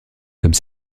comme